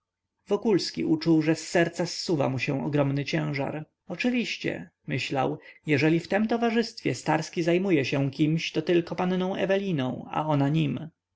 wokulski uczuł że z serca zsuwa się mu ogromny ciężar oczywiście myślał jeżeli w tem towarzystwie starski zajmuje się kimś to tylko panną eweliną a ona nim